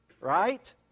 Right